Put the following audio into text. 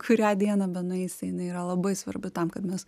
kurią dieną benueisi jinai yra labai svarbi tam kad mes